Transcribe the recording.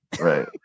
Right